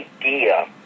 idea